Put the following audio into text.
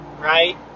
right